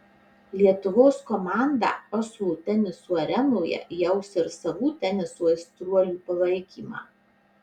lietuvos komandą oslo teniso arenoje jaus ir savų teniso aistruolių palaikymą